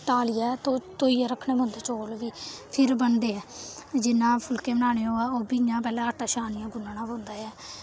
तालियै धो धोइयै रखने पौंदे चौल बी फिर बनदे ऐ जि'यां फुल्के बनाने होऐ ओह् बी इ'यां पैह्ले आटा छानियै गुनना पौंदा ऐ